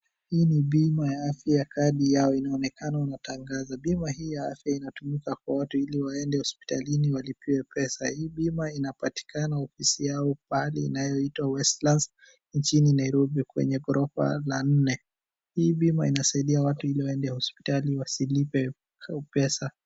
Hii ni bima ya afya, kadi yao inaonekana wanatangaza. Bima hii ya afya inatumika kwa watu ili waende hosipitalini walipiwe pesa. Hii bima inapatikana ofisi yao pahali inaweza itwa Westlands nchini Nairobi kwenye ghorofa la nne. Hii bima inasaidia watu ili waende hosipitali wasilipe pesa.